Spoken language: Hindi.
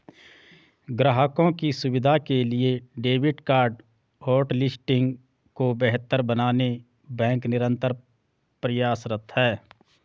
ग्राहकों की सुविधा के लिए डेबिट कार्ड होटलिस्टिंग को बेहतर बनाने बैंक निरंतर प्रयासरत है